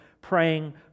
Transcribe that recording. praying